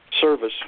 service